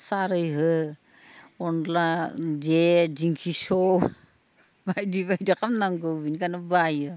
खारै हो अनद्ला दे दिंखि सौ बायदि बायदि खालामनांगौ बेनिखायनो बायो